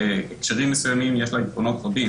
בהקשרים מסוימים יש לה יתרונות rcho.